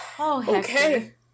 Okay